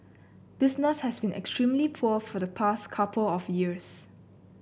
business has been extremely poor for the past couple of years